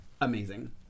amazing